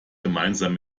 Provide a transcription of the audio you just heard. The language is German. gemeinsam